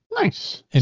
Nice